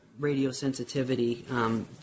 radiosensitivity